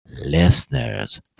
listeners